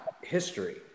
history